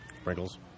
Sprinkles